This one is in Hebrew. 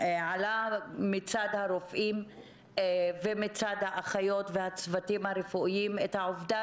עלתה מצד הרופאים ומצד האחיות ומצד הצוותים הרפואיים העובדה